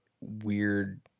weird